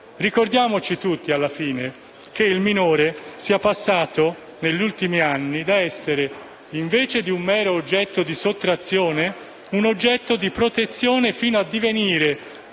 Ricordiamoci tutti, alla fine, che i minori sono passati negli ultimi anni dall'essere, anziché un mero oggetto di sottrazione, oggetto di protezione, fino a divenire